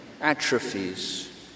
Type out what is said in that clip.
atrophies